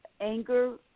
anger